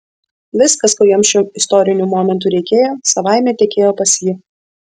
viskas ko jam šiuo istoriniu momentu reikėjo savaime tekėjo pas jį